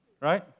right